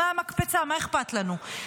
מהמקפצה, מה אכפת לנו?